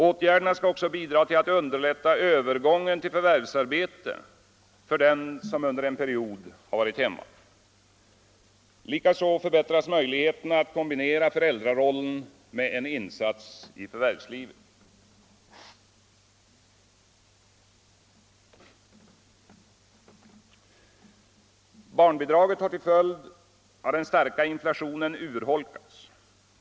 Åtgärderna skall också bidra till att underlätta återgången till förvärvsarbete för den som under en period varit hemma. Likaså förbättras möj ligheterna att kombinera föräldrarollen med en insats i förvärvslivet. Barnbidraget har till följd av den starka inflationen urholkats.